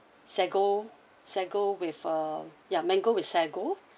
sago sago with uh ya mango with sago